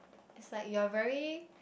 is like you are very